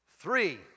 Three